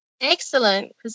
Excellent